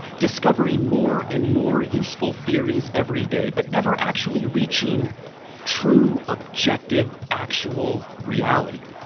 discovering more and more useful theories every day but never actually reaching true objective actual reality.